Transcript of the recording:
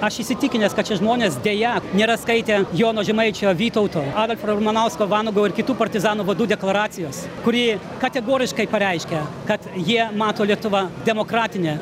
aš įsitikinęs kad šie žmonės deja nėra skaitę jono žemaičio vytauto adolfo ramanausko vanago ir kitų partizanų vadų deklaracijos kuri kategoriškai pareiškia kad jie mato lietuvą demokratinę